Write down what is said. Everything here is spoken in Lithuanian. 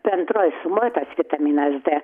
bendroj sumoj tas vitaminas d